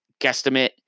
guesstimate